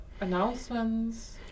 announcements